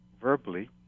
verbally